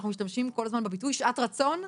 אנחנו משתמשים כל הזמן בביטוי "שעת רצון"?